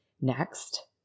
Next